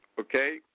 Okay